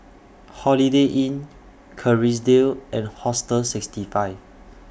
Holiday Inn Kerrisdale and Hostel sixty five